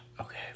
Okay